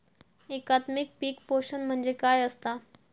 एकात्मिक पीक पोषण म्हणजे काय असतां?